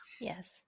Yes